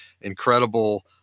incredible